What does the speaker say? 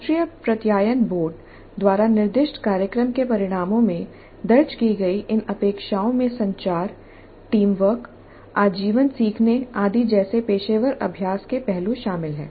राष्ट्रीय प्रत्यायन बोर्ड द्वारा निर्दिष्ट कार्यक्रम के परिणामों में दर्ज की गई इन अपेक्षाओं में संचार टीम वर्क आजीवन सीखने आदि जैसे पेशेवर अभ्यास के पहलू शामिल हैं